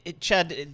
Chad